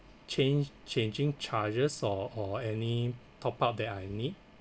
change changing charges or or any top up that I need